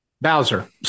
Bowser